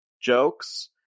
jokes